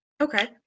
Okay